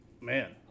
Man